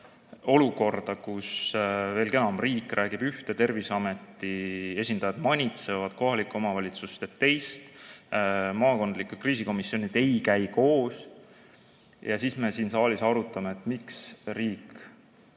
olukorda, kus riik veelgi enam räägib üht ja Terviseameti esindajad manitsevad, kohalik omavalitsus teeb teist, maakondlikud kriisikomisjonid ei käi koos. Siis me siin saalis arutame, miks riik